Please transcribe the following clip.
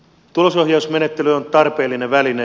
tulosohjausmenettely on tarpeellinen väline